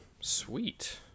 Sweet